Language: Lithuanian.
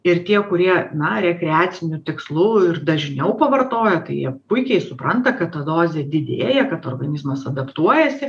ir tie kurie na rekreaciniu tikslu ir dažniau pavartoja tai jie puikiai supranta kad ta dozė didėja kad organizmas adaptuojasi